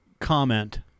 comment